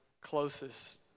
closest